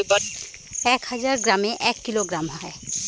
এক হাজার গ্রামে এক কিলোগ্রাম হয়